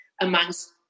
amongst